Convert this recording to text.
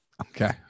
Okay